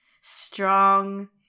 strong